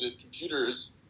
computers